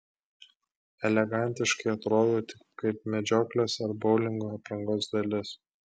elegantiškai atrodo tik kaip medžioklės ar boulingo aprangos dalis